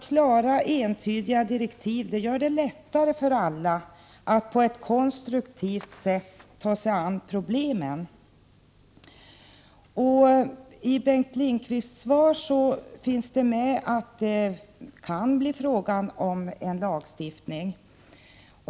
Klara, entydiga direktiv gör det lättare för alla att på ett konstruktivt sätt ta sig an problemen. I Bengt Lindqvists svar finns det med att det kan bli fråga om en lagstiftning.